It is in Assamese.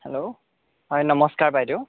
হেল্ল' হয় নমস্কাৰ বাইদেউ